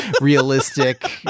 realistic